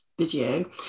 video